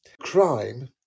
Crime